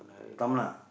தமிழன்:thamizhan